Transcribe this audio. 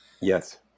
Yes